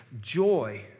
joy